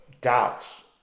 doubts